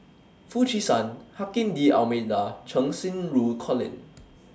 Foo Chee San Joaquim D'almeida and Cheng Xinru Colin